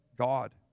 God